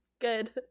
good